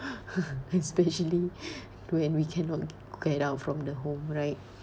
especially when we cannot get out from the home right